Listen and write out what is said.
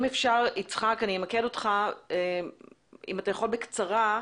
אני אמקד אותך, יצחק.